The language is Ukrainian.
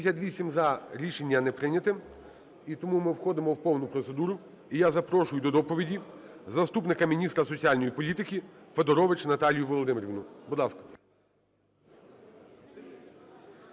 За-58 Рішення не прийнято. І тому ми входимо в повну процедуру. І я запрошую до доповіді заступника міністра соціальної політики Федорович Наталію Володимирівну, будь ласка.